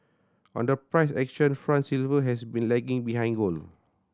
on the price action front silver has been lagging behind gold